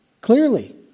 clearly